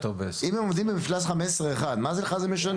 אם הם עומדים במפלס 15.1, מה זה לך משנה,